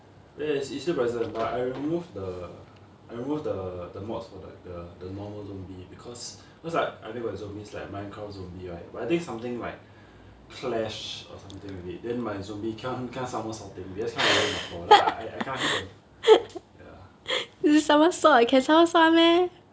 yes is still present but I remove the I remove the the mods for like the the normal zombie because because like I think like zombies like minecraft zombies right but I think something like clash or something with it then my zombie keep on keep on somersaulting it just keep on rolling on the floor and then I can't hit them ya